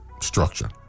structure